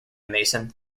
mason